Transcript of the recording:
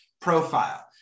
profile